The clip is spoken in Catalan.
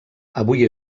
avui